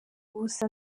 gusa